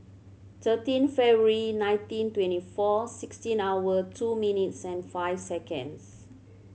thirteen February nineteen twenty four sixteen hour two minutes and five seconds